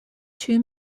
two